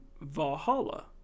Valhalla